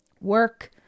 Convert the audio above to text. work